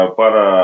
para